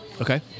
Okay